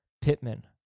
Pittman